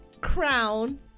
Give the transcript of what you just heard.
crown